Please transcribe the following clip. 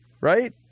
right